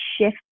shift